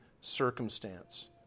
circumstance